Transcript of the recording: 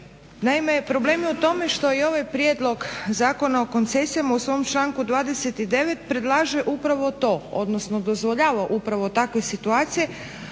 Naime problem je u tome što je i ovaj prijedlog Zakona o koncesijama u svom članku 29. predlaže upravo to odnosno dozvoljava upravo takve situacije,